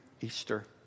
Easter